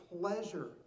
pleasure